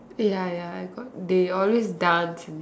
ya ya cause they always dance